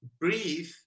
breathe